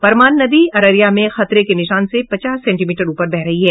परमान नदी अररिया में खतरे के निशान से पचास सेंटीमीटर ऊपर बह रही है